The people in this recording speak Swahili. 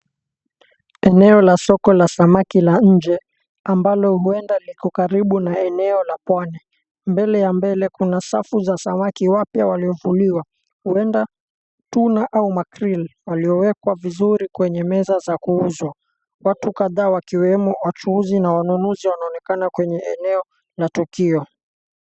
Eneo la soko la samaki la nje ambalo huenda liko karibu na eneo la pwani. Mbele ya mbele kuna safu za samaki wapya waliovuliwa huenda tuna au makrili waliowekwa vizuri kwenye meza za kuuzwa. Watu kadhaa wakiwemo wachuuzi na wanunuzi wanaonekana kwenye eneo la tukio.